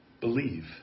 Believe